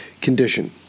condition